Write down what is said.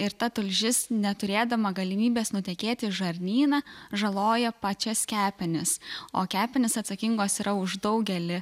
ir ta tulžis neturėdama galimybės nutekėti į žarnyną žaloja pačias kepenis o kepenys atsakingos yra už daugelį